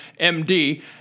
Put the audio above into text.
MD